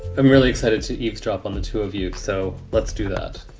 i'm really excited to eavesdrop on the two of you. so let's do that